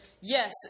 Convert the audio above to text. Yes